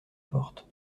porte